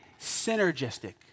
Synergistic